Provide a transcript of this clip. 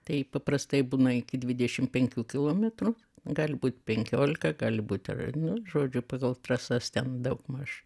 tai paprastai būna iki dvidešim penkių kilometrų gali būt penkiolika gali būt ar nu žodžiu pagal trasas ten daugmaž